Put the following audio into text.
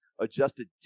adjusted